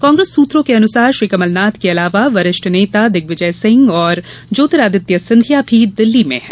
कांग्रेस सूत्रों के अनुसार श्री कमलनाथ के अलावा वरिष्ठ नेता दिग्विजय सिंह और ज्योतिरादित्य सिंधिया भी दिल्ली में हैं